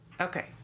Okay